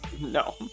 No